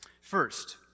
First